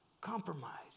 compromise